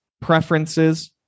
preferences